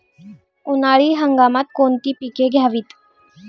उन्हाळी हंगामात कोणती पिके घ्यावीत?